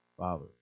Father